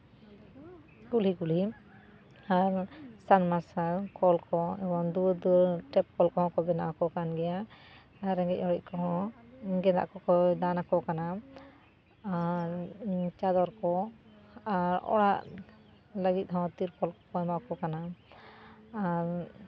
ᱠᱩᱞᱦᱤ ᱠᱩᱞᱦᱤ ᱟᱨ ᱥᱟᱵᱽᱢᱟᱨᱥᱟᱞ ᱠᱚᱞ ᱠᱚ ᱮᱢᱟᱱ ᱫᱩᱣᱟᱹᱨ ᱫᱩᱣᱟᱹᱨ ᱴᱮᱯ ᱠᱚᱞ ᱠᱚᱦᱚᱸ ᱠᱚ ᱵᱮᱱᱟᱣᱟᱠᱚ ᱠᱟᱱ ᱜᱮᱭᱟ ᱟᱨ ᱨᱮᱸᱜᱮᱡ ᱚᱨᱮᱡ ᱠᱚᱦᱚᱸ ᱜᱮᱸᱫᱟᱜ ᱠᱚᱠᱚ ᱫᱟᱱᱟᱠᱚ ᱠᱟᱱᱟ ᱟᱨ ᱪᱟᱫᱚᱨ ᱠᱚ ᱟᱨ ᱚᱲᱟᱜ ᱞᱟᱹᱜᱤᱫ ᱦᱚᱸ ᱛᱤᱨᱯᱚᱞ ᱠᱚᱠᱚ ᱮᱢᱟᱠᱚ ᱠᱟᱱᱟ ᱟᱨ